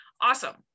awesome